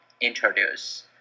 introduce